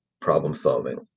problem-solving